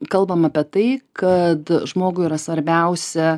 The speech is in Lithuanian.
kalbam apie tai kad žmogui yra svarbiausia